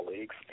Leagues